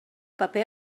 paper